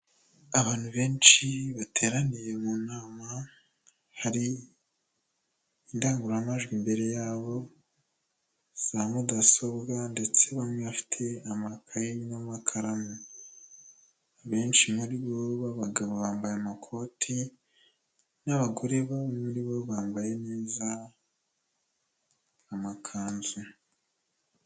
Abantu benshi bateraniye mu nama, hari indangururamajwi imbere yabo, zamudasobwa ndetse bamwe bafite amakaye n'amakaramu, abenshi muri bo b'abagabo bambaye amakoti n'abagore bo muri bo bambaye neza amakanzu.